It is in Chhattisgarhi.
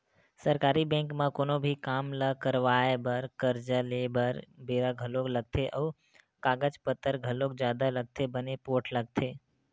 सरकारी बेंक म कोनो भी काम ल करवाय बर, करजा लेय बर बेरा घलोक लगथे अउ कागज पतर घलोक जादा लगथे बने पोठ लगथे